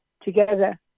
together